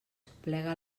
plega